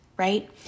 Right